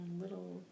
little